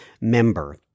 member